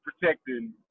protecting